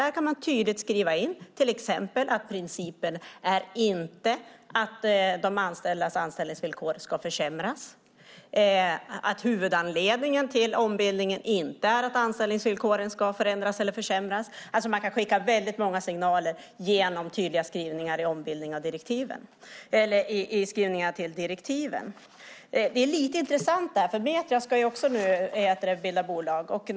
Där kan man tydligt skriva in till exempel att principen är att de anställdas anställningsvillkor inte ska försämras, att huvudanledningen till ombildningen inte är att anställningsvillkoren ska förändras eller försämras. Man kan skicka väldigt många signaler genom tydliga skrivningar till direktiven. Det är lite intressant nu att Metria också ska bilda bolag.